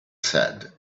said